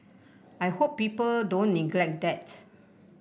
I hope people don't neglect that